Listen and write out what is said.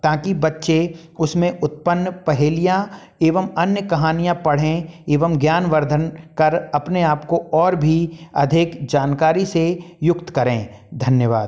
ताकि बच्चे उसमें उत्पन्न पहेलियाँ एवं अन्य कहानियाँ पढ़ें एवं ज्ञानवर्धन कर अपने आप को और भी अधिक जानकारी से युक्त करें धन्यवाद